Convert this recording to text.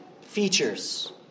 features